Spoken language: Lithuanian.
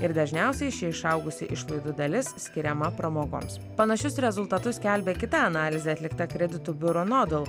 ir dažniausiai ši išaugusi išlaidų dalis skiriama pramogoms panašius rezultatus skelbė kita analizė atlikta kreditų biuro nodl